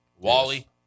Wally